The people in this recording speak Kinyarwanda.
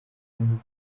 bukungu